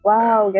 Wow